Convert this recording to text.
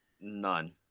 None